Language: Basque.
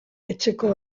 etxeko